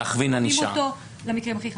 לוקחים אותו למקרים הכי חמורים.